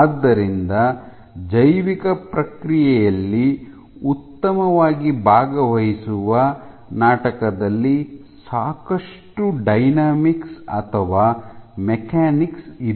ಆದ್ದರಿಂದ ಜೈವಿಕ ಪ್ರಕ್ರಿಯೆಯಲ್ಲಿ ಉತ್ತಮವಾಗಿ ಭಾಗವಹಿಸುವ ನಾಟಕದಲ್ಲಿ ಸಾಕಷ್ಟು ಡೈನಾಮಿಕ್ಸ್ ಅಥವಾ ಮೆಕ್ಯಾನಿಕ್ಸ್ ಇದೆ